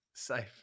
Safe